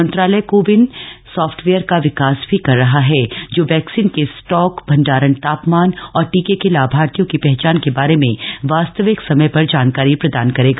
मंत्रालय CoWIN software का विकास भी कर रहा है जो वैक्सीन के स्टॉक भंडारण तापमान और टीके के लाभार्थियों की पहचान के बारे में वास्तविक समय पर जानकारी प्रदान करेगा